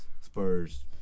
Spurs